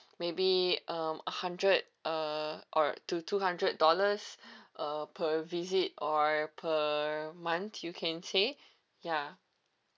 maybe um a hundred uh or to two hundred dollars uh per visit or per month you can say ya